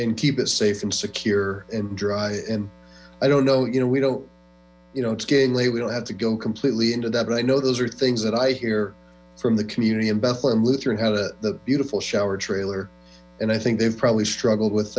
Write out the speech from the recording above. and keep it safe and secure and dry and i don't know you know we don't you know it's getting late we don't have to go completely into that but i know those are things that i hear from the community in bethlehem lutheran how to beautiful shower trailer and i think they've probably struggled with